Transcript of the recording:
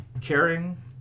caring